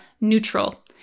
neutral